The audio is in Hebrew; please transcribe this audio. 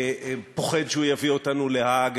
פוחד שהוא יביא אותנו להאג,